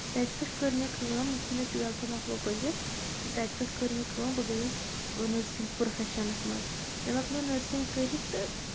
تَتہِ پؠٹھ کٔر مےٚ کٲم یُتھُے مےٚ ٹُویلتھٕ مۄکلو پٔرِتھ تہٕ تَتہِ پؠٹھ کٔر مےٚ کٲم بہٕ گٔیَس نٔرسِنٛگ پروفیشَنَس منٛز مےٚ مۄکلو نٔرسِنٛگ کٔرِتھ تہٕ